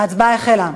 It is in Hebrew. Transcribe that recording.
ההצבעה החלה.